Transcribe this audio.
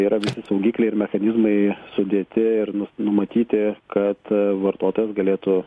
yra visi saugikliai ir mechanizmai sudėti ir numatyti kad vartotojas galėtų